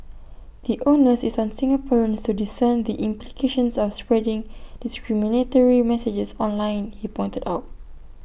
the onus is on Singaporeans to discern the implications of spreading discriminatory messages online he pointed out